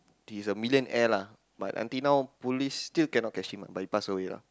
he's a millionaire lah but until now police still cannot catch him lah but he pass away lah